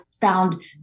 found